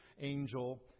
angel